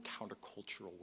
countercultural